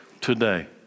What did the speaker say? today